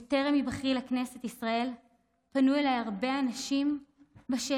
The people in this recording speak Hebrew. בטרם היבחרי לכנסת ישראל פנו אליי הרבה אנשים בשאלה